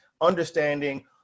understanding